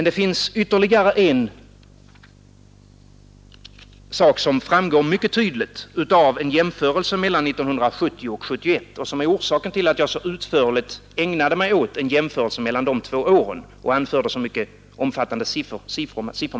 Det finns ytterligare en sak som framgår mycket tydligt av en jämförelse mellan 1970 och 1971 och som är orsaken till att jag så utförligt ägnade mig åt en jämförelse mellan de två åren och anförde ett så omfattande siffermaterial.